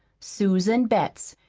susan betts,